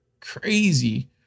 crazy